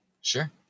sure